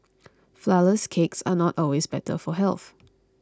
Flourless Cakes are not always better for health